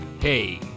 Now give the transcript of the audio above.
hey